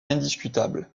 indiscutable